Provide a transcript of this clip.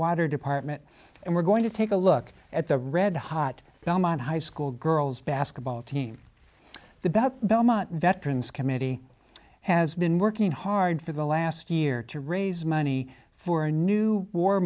water department and we're going to take a look at the red hot belmont high school girls basketball team the better belmont veterans committee has been working hard for the last year to raise money for a new war